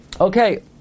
Okay